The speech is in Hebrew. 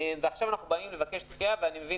עכשיו אנחנו באים לבקש דחייה ואני מבין